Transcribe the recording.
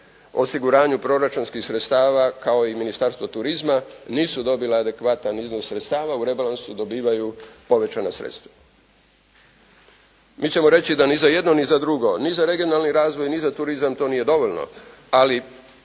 osiguranju proračunskih sredstava kao i Ministarstvo turizma nisu dobila adekvatan iznos sredstava, u rebalansu dobivaju povećana sredstva. Mi ćemo reći da niti za jedno ni za drugo, ni za regionalni razvoj ni za turizam to nije dovoljno, ali